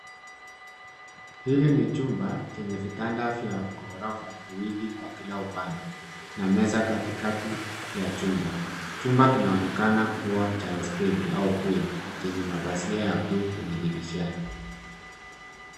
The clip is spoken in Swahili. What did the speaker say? Hili ni chumba chenye vitanda vya ghorofa viwili kwa kila upande, na meza katikati ya chumba, chumba kinaonekana kuwa cha hosteli, au bweni chenye mapazia ya blue kwenye dirishani.